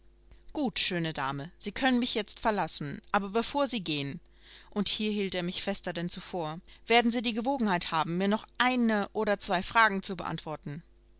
gut schöne dame sie können mich jetzt verlassen aber bevor sie gehen und hier hielt er mich fester denn zuvor werden sie die gewogenheit haben mir noch eine oder zwei fragen zu beantworten